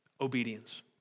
obedience